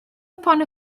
upon